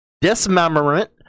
dismemberment